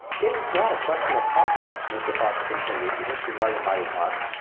it is not a question of pocket, mr. parker continued, disregarding my remark,